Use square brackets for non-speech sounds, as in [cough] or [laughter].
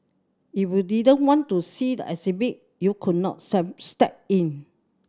if you didn't want to see the exhibit you could not [unintelligible] step in